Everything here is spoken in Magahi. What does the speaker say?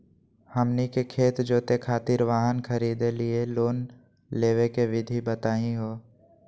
हमनी के खेत जोते खातीर वाहन खरीदे लिये लोन लेवे के विधि बताही हो?